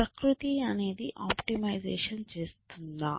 ప్రకృతి అనేది ఆప్టిమైజేషన్ చేస్తుందా